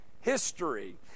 history